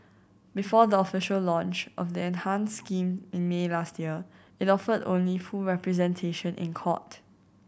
before the official launch of the enhanced scheme in May last year it offered only full representation in court